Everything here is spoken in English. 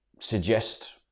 suggest